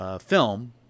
film